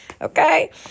Okay